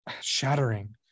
shattering